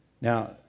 Now